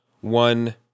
one